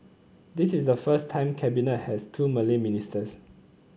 this is the first time Cabinet has two Malay ministers